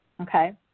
okay